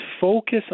focus